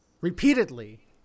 repeatedly